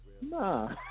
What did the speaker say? Nah